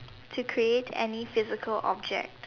to create any physical object